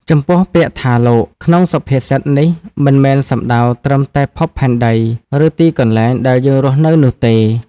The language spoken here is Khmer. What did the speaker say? ចំពោះ ពាក្យថា "លោក" ក្នុងសុភាសិតនេះ មិនមែនសំដៅត្រឹមតែភពផែនដី ឬទីកន្លែងដែលយើងរស់នៅនោះទេ។